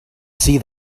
see